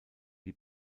die